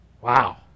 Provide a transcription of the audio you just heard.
Wow